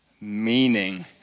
meaning